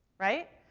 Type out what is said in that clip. right?